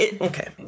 Okay